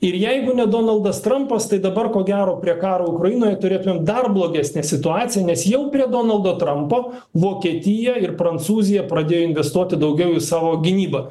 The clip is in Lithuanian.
ir jeigu ne donaldas trampas tai dabar ko gero prie karo ukrainoje turėtumėm dar blogesnę situaciją nes jau prie donaldo trampo vokietija ir prancūzija pradėjo investuoti daugiau į savo gynybą